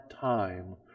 time